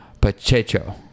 Pacheco